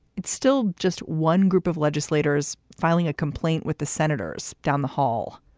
it's still just one group of legislators filing a complaint with the senators. down the hall,